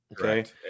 Okay